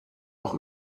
auch